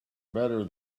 better